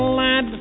lad